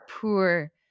poor